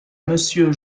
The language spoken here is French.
monsieur